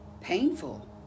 painful